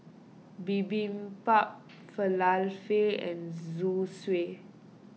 Bibimbap Falafel and Zosui